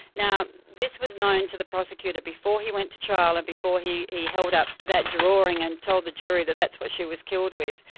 now this was known to the prosecutor before he went to trial and before he he held up that drawing and told the jury that that's what she was killed with.